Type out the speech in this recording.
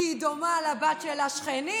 כי היא דומה לבת של השכנים.